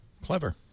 Clever